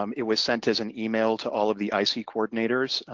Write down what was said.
um it was sent as an email to all of the isee coordinators,